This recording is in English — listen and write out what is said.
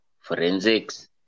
forensics